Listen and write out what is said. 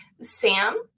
Sam